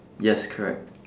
yes correct